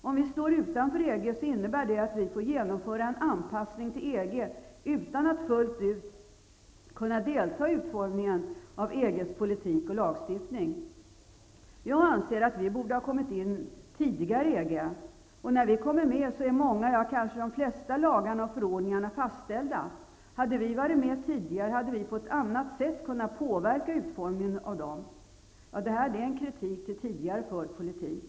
Om vi står utanför EG innebär det att vi får genomföra en anpassning till EG utan att fullt ut kunna delta i utformningen av EG:s politik och lagstiftning. Jag anser att vi borde ha kommit in tidigare i EG. När vi kommer med är många, kanske de flesta, lagar och förordningar fastställda. Om vi hade varit med tidigare, hade vi på ett annat sätt kunnat påverka utformningen av dem. Detta är en kritik mot tidigare förd politik.